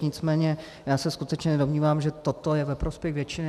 Nicméně se skutečně nedomnívám, že toto je ve prospěch většiny.